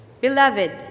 beloved